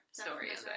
stories